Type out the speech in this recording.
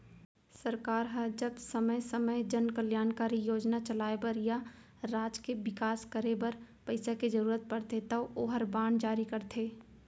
सरकार ह जब समे समे जन कल्यानकारी योजना चलाय बर या राज के बिकास करे बर पइसा के जरूरत परथे तौ ओहर बांड जारी करथे